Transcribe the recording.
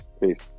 Peace